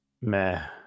meh